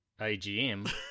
AGM